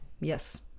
Yes